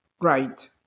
right